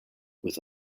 with